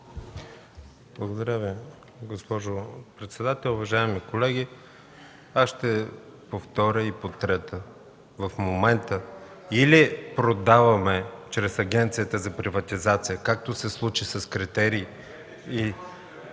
Благодаря Ви, госпожо председател. Уважаеми колеги, аз ще повторя и потретя. В момента или продаваме чрез Агенцията за приватизация, както се случи – с критерии,